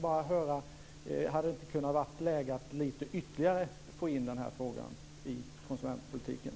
Hade det inte kunnat vara läge att lite ytterigare föra in de här frågorna i konsumentpolitiken?